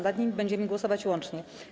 Nad nimi będziemy głosować łącznie.